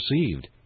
received